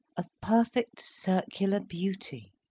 of perfect circular beauty.